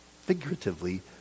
figuratively